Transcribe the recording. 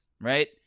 right